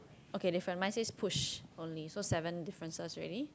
okay different mine says push only so seven differences already